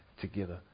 together